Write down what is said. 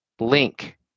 link